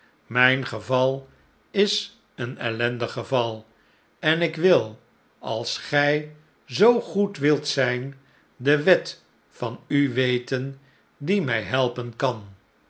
mijn geval is een ellendig geval en ik wil als gij zoo goed wilt zijn de wet van u weten die mij helpen kan